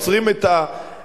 עוצרים את הקדמה,